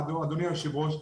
אדוני היושב-ראש,